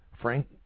Frank